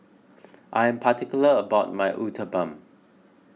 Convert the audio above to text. I am particular about my Uthapam